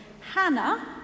Hannah